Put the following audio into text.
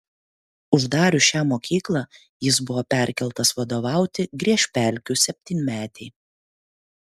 uždarius šią mokyklą jis buvo perkeltas vadovauti griežpelkių septynmetei